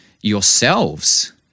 yourselves